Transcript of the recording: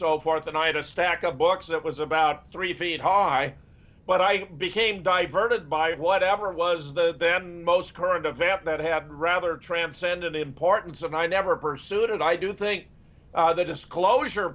so forth and i had a stack of books that was about three feet high but i became diverted by whatever was the then most current a vamp that had rather transcendent importance and i never pursued it i do think the disclosure